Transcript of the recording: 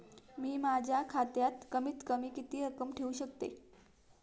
मी माझ्या खात्यात कमीत कमी किती रक्कम ठेऊ शकतो?